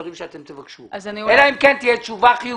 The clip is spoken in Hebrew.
דברים שאתם תבקשו אלא אם כן תהיה תשובה חיובית.